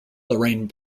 lorraine